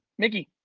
mickey.